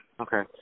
Okay